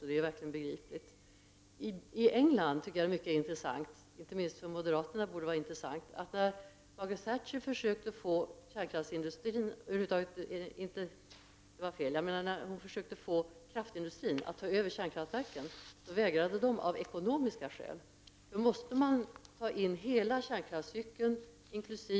Det är intressant att när Margaret Thatcher i Storbritannien försökte få kraftindustrin att ta över kärnkraftverken vägrade de av ekonomiska skäl. Detta borde vara intressant inte minst för moderaterna. Om industrin